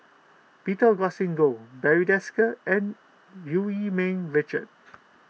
Peter Augustine Goh Barry Desker and Eu Yee Ming Richard